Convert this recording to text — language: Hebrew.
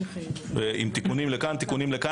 עם תיקונים לכאן ולשם,